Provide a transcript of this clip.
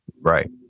Right